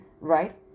right